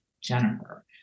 Jennifer